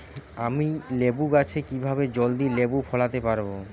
আমি লেবু গাছে কিভাবে জলদি লেবু ফলাতে পরাবো?